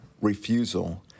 refusal